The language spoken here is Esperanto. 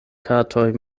katoj